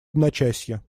одночасье